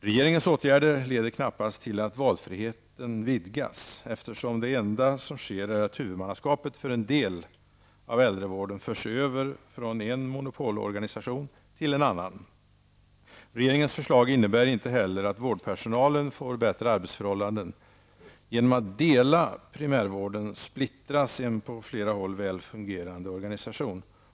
Regeringens åtgärder leder knappast till att valfriheten vidgas, eftersom det enda som sker är att huvudmannaskapet för en del av äldrevården förs över från en monopolorganisation till en annan. Regeringens förslag innebär inte heller att vårdpersonalen får bättre arbetsförhållanden. Genom att dela primärvården splittras en på flera håll väl fungerande organisation.